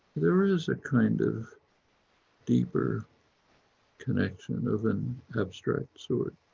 there is a kind of deeper connection of an abstract sort.